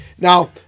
Now